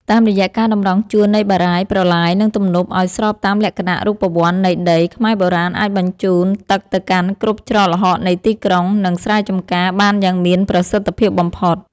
តាមរយៈការតម្រង់ជួរនៃបារាយណ៍ ប្រឡាយ និងទំនប់ឱ្យស្របតាមលក្ខណៈរូបវន្តនៃដី ខ្មែរបុរាណអាចបញ្ជូនទឹកទៅកាន់គ្រប់ច្រកល្ហកនៃទីក្រុង និងស្រែចម្ការបានយ៉ាងមានប្រសិទ្ធភាពបំផុត។